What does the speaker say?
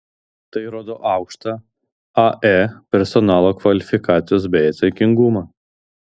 tai rodo aukštą ae personalo kvalifikaciją bei atsakingumą